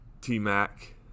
T-Mac